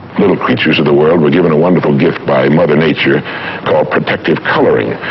little creatures of the world were given a wonderful gift by mother nature called protective coloring,